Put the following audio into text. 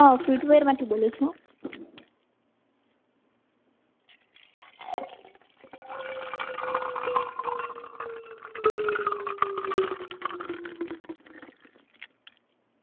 હ ફૂટવેરમાંથી બોલું છું